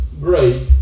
great